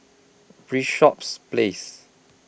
Bishops Place